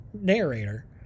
narrator